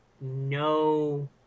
no